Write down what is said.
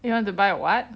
you want to buy what